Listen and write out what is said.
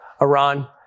Iran